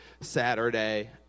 Saturday